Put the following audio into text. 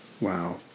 Wow